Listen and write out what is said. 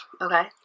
Okay